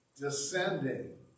Descending